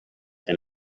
and